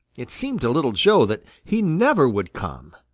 it seemed to little joe that he never would come.